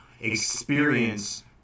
experience